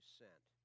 sent